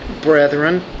brethren